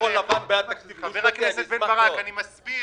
--- חבר הכנסת בן ברק, אני מסביר: